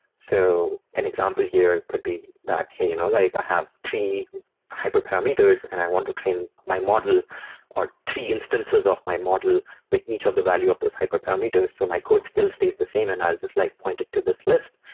so an example here could be that, hey, you know like i have three hyperparameters and i want to train my model or three instances of my model with each of um the value of those hyperparameters. so my code still stays the same and i'll just like point it to this list.